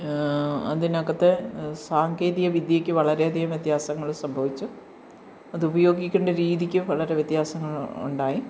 അതിനകത്ത് സാങ്കേതിക വിദ്യയ്ക്ക് വളരെയധികം വ്യത്യാസങ്ങൾ സംഭവിച്ചു അതുപയോഗിക്കേണ്ട രീതിക്കും വളരെ വ്യത്യാസങ്ങൾ ഉണ്ടായി